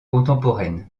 contemporaines